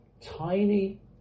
tiny